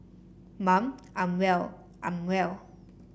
mum I'm well I'm well